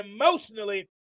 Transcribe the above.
emotionally